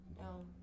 No